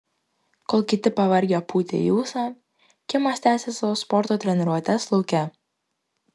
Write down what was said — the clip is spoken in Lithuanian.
kol kiti pavargę pūtė į ūsą kimas tęsė savo sporto treniruotes lauke